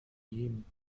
jemen